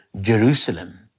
Jerusalem